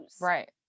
Right